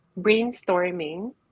brainstorming